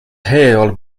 hailed